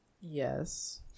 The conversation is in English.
Yes